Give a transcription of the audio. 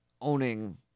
owning